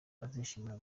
bazishimira